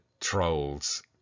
trolls